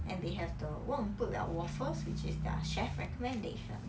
and they have the 忘不了 waffles which is their chef recommendation